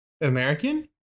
American